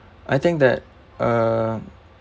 I think that uh